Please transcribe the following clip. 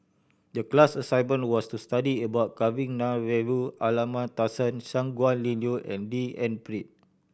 the class assignment was to study about Kavignareru Amallathasan Shangguan Liuyun and D N Pritt